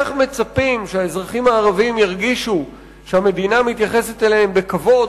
איך מצפים שהאזרחים הערבים ירגישו שהמדינה מתייחסת אליהם בכבוד